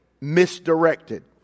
misdirected